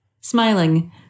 Smiling